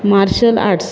martial arts